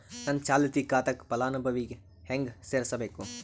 ನನ್ನ ಚಾಲತಿ ಖಾತಾಕ ಫಲಾನುಭವಿಗ ಹೆಂಗ್ ಸೇರಸಬೇಕು?